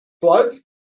bloke